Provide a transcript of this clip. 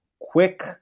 quick